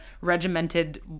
regimented